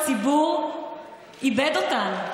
הציבור איבד אותנו.